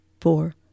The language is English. four